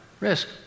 risk